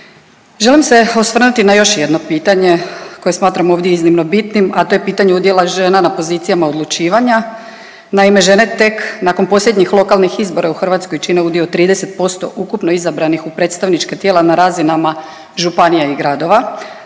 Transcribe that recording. Želim se osvrnuti na još jedno pitanje koje smatram ovdje iznimno bitnim, a to je pitanje udjela žena na pozicijama odlučivanja. Naime, žene tek nakon posljednjih lokalnih izbora u Hrvatskoj čine udio od 30% ukupno izabranih u predstavnička tijela na razinama županija i gradova,